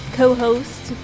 co-host